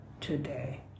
today